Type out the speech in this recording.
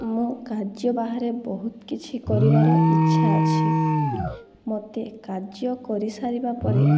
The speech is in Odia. ମୁଁ କାର୍ଯ୍ୟ ବାହାରେ ବହୁତ କିଛି କରିବାର ଇଚ୍ଛା ଅଛି ମୋତେ କାର୍ଯ୍ୟ କରିସାରିବା ପରେ